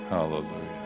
Hallelujah